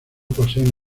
poseen